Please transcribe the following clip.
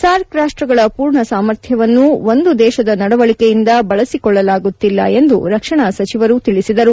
SAARC ಸಾರ್ಷ್ವಗಳ ಪೂರ್ಣ ಸಾಮರ್ಥ್ಯವನ್ನು ಒಂದು ದೇಶದ ನದವಳಿಕೆಯಿಂದ ಬಳಸಿಕೊಳ್ಳಲಾಗುತ್ತಿಲ್ಲ ಎಂದು ರಕ್ಷಣಾ ಸಚಿವರು ಹೇಳಿದರು